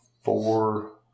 four